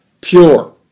pure